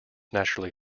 naturally